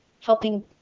helping